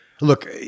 look